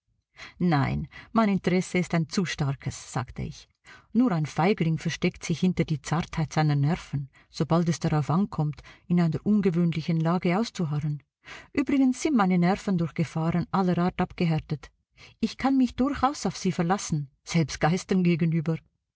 nein mein interesse ist ein zu starkes sagte ich nur ein feigling versteckt sich hinter die zartheit seiner nerven sobald es darauf ankommt in einer ungewöhnlichen lage auszuharren übrigens sind meine nerven durch gefahren aller art abgehärtet ich kann mich durchaus auf sie verlassen selbst geistern gegenüber